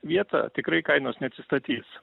vietą tikrai kainos neatsistatys